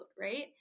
right